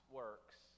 works